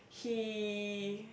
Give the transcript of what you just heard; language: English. he